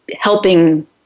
helping